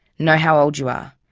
know how old you ah